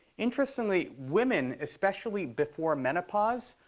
interestingly, women, especially before menopause,